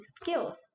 skills